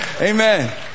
Amen